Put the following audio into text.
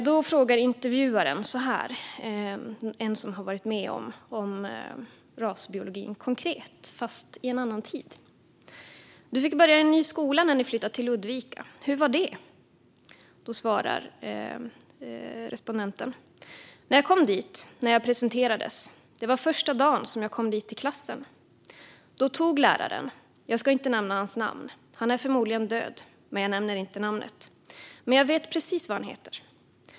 , och i den talar intervjuaren Göran med en person - F - som har varit med om rasbiologin konkret, men i en annan tid. "Göran: Du fick börja i en ny skola när ni flyttat till Ludvika, hur var det? F: När jag kom dit, när jag presenterades. Det var första dan som jag kom dit till klassen. Då tog läraren, jag skall inte nämna hans namn, han är förmodligen död, men jag nämner inte namnet, men jag vet precis vad han heter.